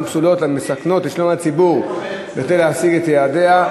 פסולות ומסכנות את שלום הציבור כדי להשיג את יעדיה,